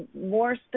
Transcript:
more